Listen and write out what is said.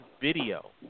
video